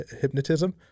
hypnotism